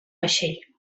vaixell